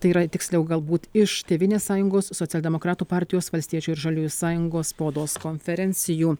tai yra tiksliau galbūt iš tėvynės sąjungos socialdemokratų partijos valstiečių ir žaliųjų sąjungos spaudos konferencijų